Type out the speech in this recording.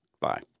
Bye